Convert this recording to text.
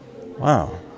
wow